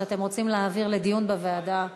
או שאתם רוצים להעביר לדיון בוועדה?